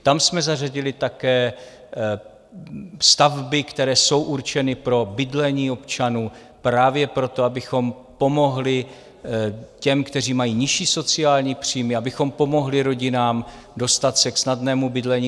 Tam jsme zařadili také stavby, které jsou určeny pro bydlení občanů, právě proto, abychom pomohli těm, kteří mají nižší sociální příjmy, abychom pomohli rodinám dostat se k snadnému bydlení.